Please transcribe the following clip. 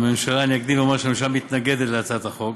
אני אקדים ואומר שהממשלה מתנגדת להצעת החוק.